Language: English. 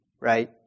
right